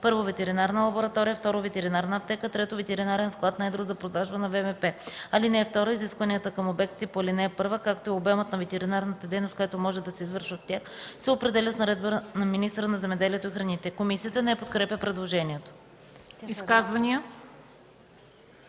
е: 1. ветеринарна лаборатория; 2. ветеринарна аптека; 3. ветеринарен склад на едро за продажба на ВМП. (2) Изискванията към обектите по ал. 1, както и обемът на ветеринарната дейност, която може да се извършва в тях, се определя с наредба на министъра на земеделието и храните.” Комисията не подкрепя предложението. ПРЕДСЕДАТЕЛ